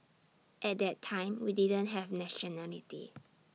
at that time we didn't have nationality